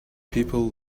people